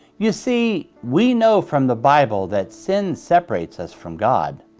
you see, we know from the bible that sin separates us from god,